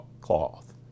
cloth